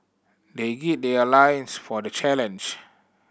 they gird their loins for the challenge